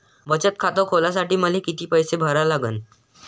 बचत खात खोलासाठी मले किती पैसे भरा लागन?